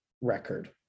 record